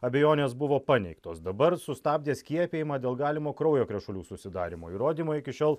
abejonės buvo paneigtos dabar sustabdė skiepijimą dėl galimo kraujo krešulių susidarymo įrodymo iki šiol